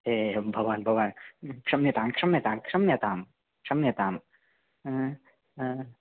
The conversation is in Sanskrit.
हे भवान् भवान् क्षम्यताम् क्षम्यताम् क्षम्यताम् क्षम्यताम्